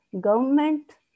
government